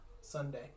Sunday